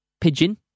Pigeon